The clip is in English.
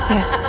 Yes